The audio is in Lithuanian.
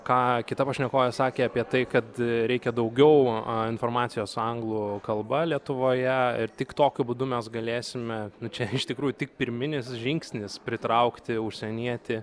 ką kita pašnekovė sakė apie tai kad reikia daugiau informacijos anglų kalba lietuvoje ir tik tokiu būdu mes galėsime čia iš tikrųjų tik pirminis žingsnis pritraukti užsienietį